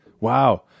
wow